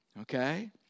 Okay